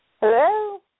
Hello